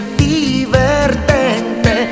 divertente